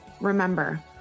remember